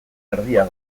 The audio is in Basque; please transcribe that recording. erdia